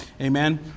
amen